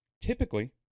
Typically